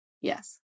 Yes